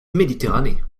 méditerranée